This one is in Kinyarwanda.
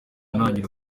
ntangiriro